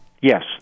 Yes